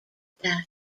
battle